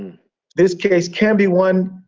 this case can be won.